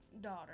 daughter